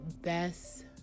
best